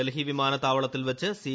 ഡൽഹി വിമാനത്താവളത്തിൽ വച്ച് സി